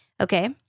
Okay